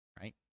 right